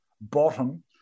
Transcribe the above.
bottom